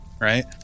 Right